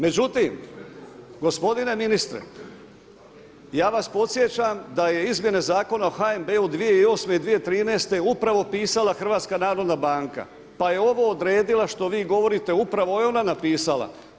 Međutim, gospodine ministre, ja vas podsjećam da je izmjene Zakona o HNB-u 2008. i 2013. upravo pisala HNB pa je ovo odredila što vi govorite upravo je ona napisala.